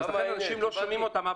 לכן אנשים לא שומעים אותם.